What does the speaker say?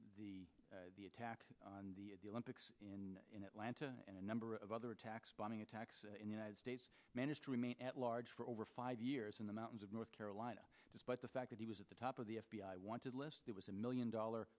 for the attack on the olympics in atlanta and a number of other attacks bombing attacks in the united states managed to remain at large for over five years in the mountains of north carolina despite the fact that he was at the top of the f b i wanted list there was a million dollar